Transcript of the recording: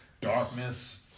darkness